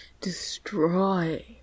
Destroy